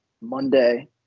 Monday